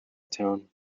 town